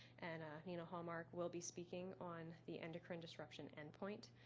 and nina hallmark will be speaking on the endocrine disruption endpoint,